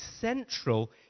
central